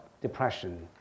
depression